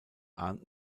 ahnt